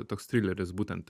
toks trileris būtent